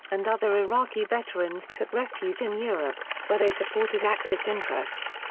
and other iraqi veterans took refuge in europe, where they supported axis interests.